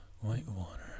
Whitewater